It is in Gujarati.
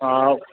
અ